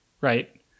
right